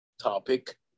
topic